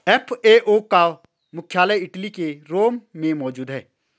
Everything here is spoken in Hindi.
एफ.ए.ओ का मुख्यालय इटली के रोम में मौजूद है